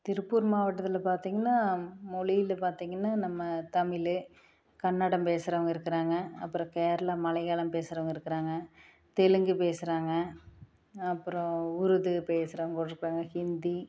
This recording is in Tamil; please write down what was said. திருப்பூர் மாவட்டத்தில் பார்த்திங்கன்னா மொழியில் பார்த்திங்கன்னா நம்ம தமிழ் கன்னடம் பேசுகிறவங்க இருக்குறாங்க அப்பறம் கேரளம் மலையாளம் பேசுகிறவங்க இருக்குறாங்க தெலுங்கு பேசுகிறாங்க அப்பறம் உருது பேசுகிறவங்க இருக்குறாங்க ஹிந்தி